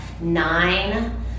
Nine